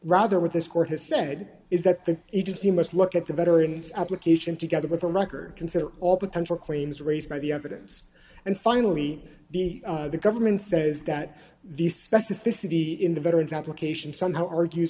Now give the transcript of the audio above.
rather what this court has said is that the agency must look at the veterans application together with a record consider all potential claims raised by the evidence and finally the government says that the specificity in the veterans application somehow argue